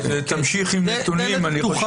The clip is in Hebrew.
אז תמשיך עם נתונים, אני חושב שזה חשוב מאוד.